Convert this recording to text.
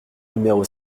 numéro